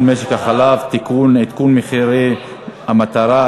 משק החלב (תיקון) (עדכון מחירי המטרה),